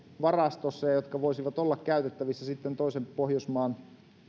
varastossa ja jotka voisivat olla käytettävissä sitten toisen pohjoismaan